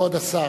כבוד השר,